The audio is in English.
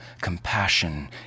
compassion